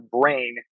brain